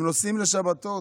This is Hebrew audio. הם נוסעים לשבתות.